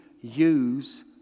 use